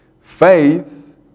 Faith